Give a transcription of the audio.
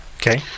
Okay